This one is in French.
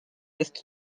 est